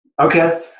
okay